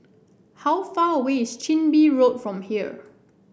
how far away is Chin Bee Road from here